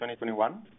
2021